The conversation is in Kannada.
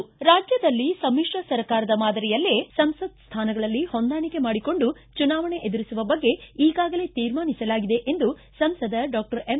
ರಾಜ್ಯದಲ್ಲಿ ಸಮಿತ್ರ ಸರ್ಕಾರದ ಮಾದರಿಯಲ್ಲೇ ಸಂಸತ್ ಸ್ಥಾನಗಳಲ್ಲಿ ಹೊಂದಾಣಿಕೆ ಮಾಡಿಕೊಂಡು ಚುನಾವಣೆ ಎದುರಿಸುವ ಬಗ್ಗೆ ಈಗಾಗಲೇ ತೀರ್ಮಾನಿಸಲಾಗಿದೆ ಎಂದು ಸಂಸದ ಡಾಕ್ಟರ್ ಎಂ